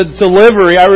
delivery